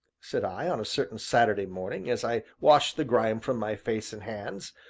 said i, on a certain saturday morning, as i washed the grime from my face and hands,